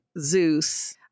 Zeus